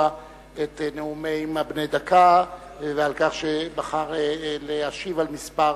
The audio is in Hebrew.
את הנאומים בני דקה ועל כך שבחר להשיב על כמה